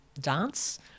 dance